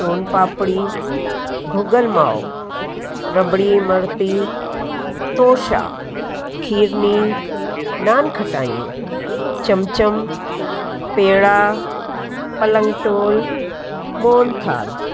सोन पापड़ी भुॻल माओ रबड़ी इमरती तोषा खीरनी नान खटायूं चमचम पेड़ा पलंग टोल मोअन थाल